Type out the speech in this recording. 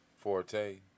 Forte